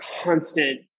constant